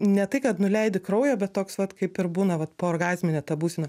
ne tai kad nuleidi kraujo bet toks vat kaip ir būna vat poorgazminė ta būsena